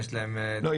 לא,